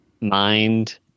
mind